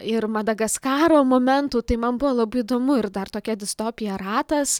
ir madagaskaro momentų tai man buvo labai įdomu ir dar tokia distopija ratas